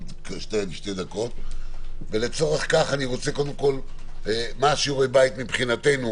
מה שיעורי הבית מבחינתנו